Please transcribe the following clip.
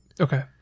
Okay